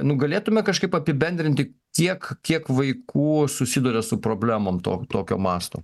nu galėtume kažkaip apibendrinti tiek kiek vaikų susiduria su problemom to to tokio masto